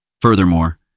Furthermore